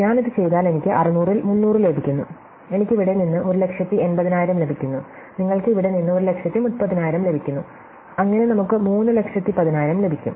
ഞാൻ ഇത് ചെയ്താൽ എനിക്ക് 600 ൽ 300 ലഭിക്കുന്നു എനിക്ക് ഇവിടെ നിന്ന് 1 ലക്ഷത്തി 80000 ലഭിക്കുന്നു നിങ്ങൾക്ക് ഇവിടെ നിന്ന് ഒരു ലക്ഷത്തി 30000 ലഭിക്കും അങ്ങനെ നമുക്ക് 3 ലക്ഷത്തി 10000 ലഭിക്കും